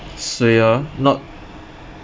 suay ah not